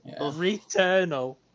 Returnal